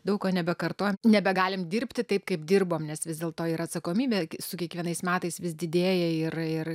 daug ko nebekartojam nebegalim dirbti taip kaip dirbom nes vis dėlto yra atsakomybė su kiekvienais metais vis didėja ir ir